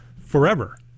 forever